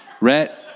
Rhett